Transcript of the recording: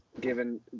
given